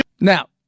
Now